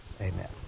amen